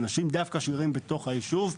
אנשים שדווקא גרים בתוך היישוב,